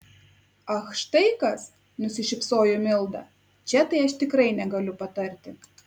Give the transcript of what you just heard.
ach štai kas nusišypsojo milda čia tai aš tikrai negaliu patarti